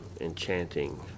enchanting